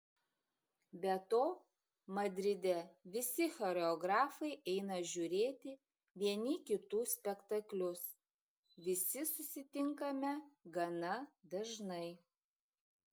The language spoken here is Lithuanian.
be to madride visi choreografai eina žiūrėti vieni kitų spektaklius visi susitinkame gana dažnai